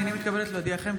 אני מתכבדת להודיעכם,